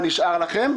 מה נשאר לכם,